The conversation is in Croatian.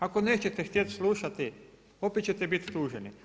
Ako nećete htjeti slušati, opet ćete bit tuženi.